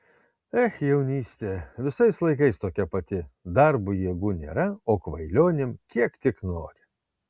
ech jaunystė visais laikais tokia pati darbui jėgų nėra o kvailionėm kiek tik nori